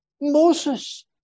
Moses